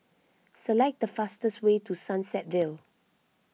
select the fastest way to Sunset Vale